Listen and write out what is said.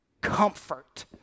comfort